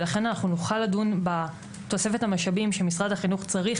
לכן נוכל לדון בתוספת המשאבים שמשרד החינוך צריך